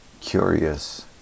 curious